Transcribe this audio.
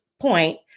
point